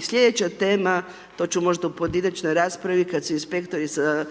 slijedeća tema, to ću možda u pojedinačnoj raspravi, kada se inspektorica